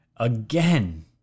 Again